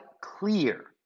clear